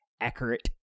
Accurate